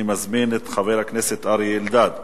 אני מזמין את חבר הכנסת אריה אלדד.